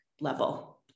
level